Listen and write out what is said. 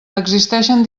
existeixen